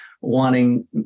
wanting